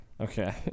Okay